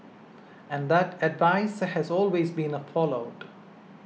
and that advice has always been followed